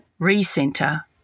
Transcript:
recenter